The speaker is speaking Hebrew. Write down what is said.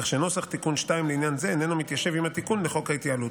וכך נוסח תיקון מס' 2 לעניין זה אינו מתיישב עם התיקון בחוק ההתייעלות.